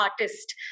artist